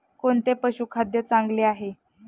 कोणते पशुखाद्य चांगले आहे?